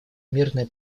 мирное